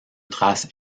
traces